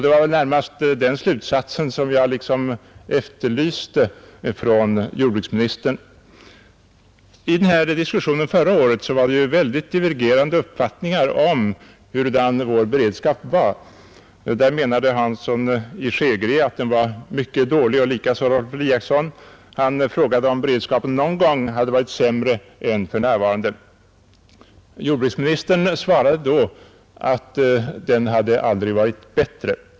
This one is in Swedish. Det var också närmast den slutsatsen som jag efterlyste av jordbruksministern. I diskussionen förra året förekom en mängd divergerande uppfattningar om hurudan vår beredskap var. Herr Hansson i Skegrie och herr Eliasson i Moholm menade då att beredskapen var mycket dålig, och man frågade om den någonsin hade varit sämre än då. Jordbruksministern svarade den gången att den aldrig hade varit bättre.